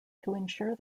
ensure